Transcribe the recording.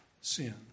sin